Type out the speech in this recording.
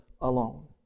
alone